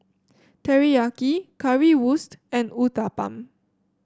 Teriyaki Currywurst and Uthapam